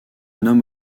nomme